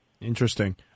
Interesting